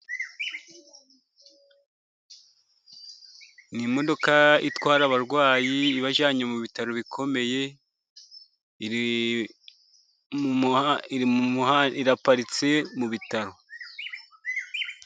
Ni imodoka itwara abarwayi ibajyanye mu bitaro bikomeye, iri mu muhanda iraparitse mu bitaro.